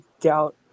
Doubt